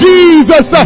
Jesus